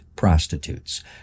prostitutes